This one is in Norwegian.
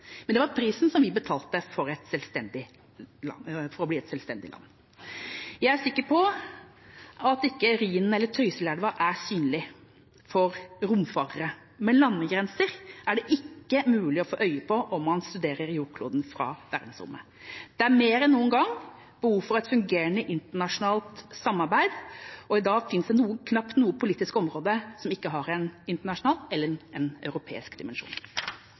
men det var prisen vi betalte for å bli et selvstendig land. Jeg er ikke sikker på om Rhinen eller Trysilelva er synlig for romfarere, men landegrenser er det ikke mulig å få øye på om man studerer jordkloden fra verdensrommet. Det er mer enn noen gang behov for et fungerende internasjonalt samarbeid, og i dag finnes det knapt noe politisk område som ikke har en internasjonal eller en europeisk dimensjon.